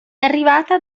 arrivata